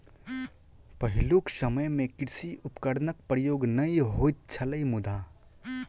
पहिलुक समय मे कृषि उपकरणक प्रयोग नै होइत छलै मुदा